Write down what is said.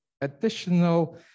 additional